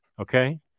okay